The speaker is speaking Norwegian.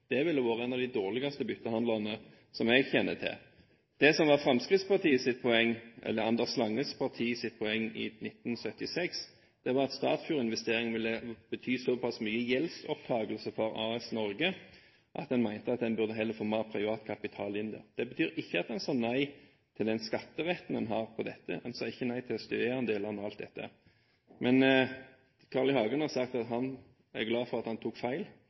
Det ville vært en av de dårligste byttehandlene jeg kjenner til. Det som var Anders Langes Partis poeng i 1976, var at Statfjord-investeringen ville bety såpass mye i gjeldsopptakelse for AS Norge at en mente at en heller burde få mer privat kapital inn der. Det betyr ikke at en sa nei til den skatteretten en hadde. Men Carl I. Hagen har sagt at han er glad for at han tok feil